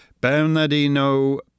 Bernardino